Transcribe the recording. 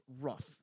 rough